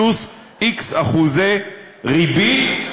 פלוס x אחוזי ריבית,